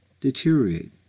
deteriorate